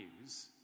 news